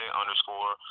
underscore